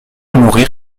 mourir